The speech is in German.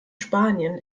spanien